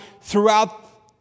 throughout